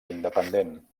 independent